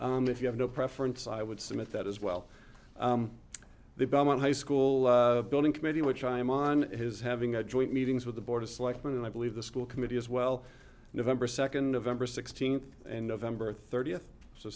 too if you have no preference i would submit that as well the belmont high school building committee which i am on his having a joint meetings with the board of selectmen and i believe the school committee as well november second of ember sixteenth and nov thirtieth so